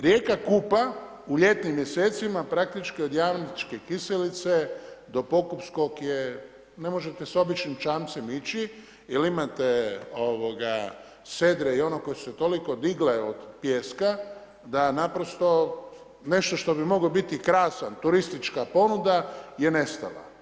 Rijeka Kupa u ljetnim mjesecima, praktički od Jamničke kiselice do Pokupskog je ne možete s običnim čamcem ići, jer imate sedre i onoga koji su se toliko digle od pijeska, da naprosto nešto što bi mogao biti krasan, turistička ponuda, je nestala.